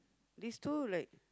these two like